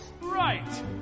Right